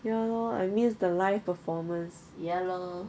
ya lor I miss the live performance